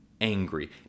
angry